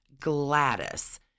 Gladys